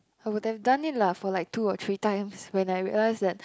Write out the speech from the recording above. I would have done it lah for like two or three times when I realised that